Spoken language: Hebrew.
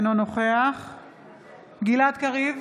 אינו נוכח גלעד קריב,